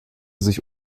sich